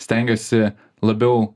stengiuosi labiau